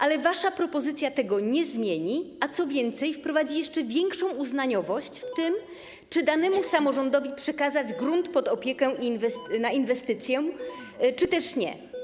Ale wasza propozycja tego nie zmieni, a co więcej, wprowadzi jeszcze większą uznaniowość w tym, czy danemu samorządowi przekazać grunt pod opiekę na inwestycję, czy też nie.